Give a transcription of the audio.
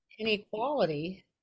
inequality